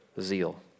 zeal